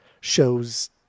shows